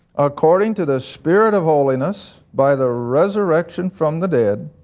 according to the spirit of holiness, by the resurrection from the dead